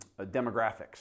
demographics